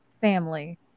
family